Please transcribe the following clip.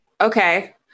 Okay